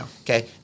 Okay